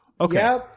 Okay